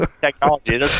technology